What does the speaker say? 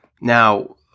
Now